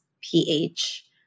ph